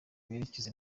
berekeza